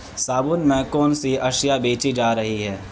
صابن میں کون سی اشیاء بیچی جا رہی ہیں